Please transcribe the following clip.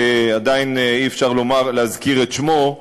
שעדיין אי-אפשר להזכיר את שמו,